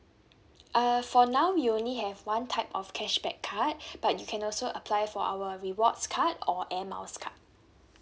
uh for now we only have one type of cashback card but you can also apply for our rewards card or air miles card